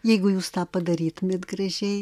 jeigu jūs tą padarytumėt gražiai